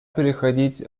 переходить